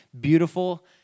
beautiful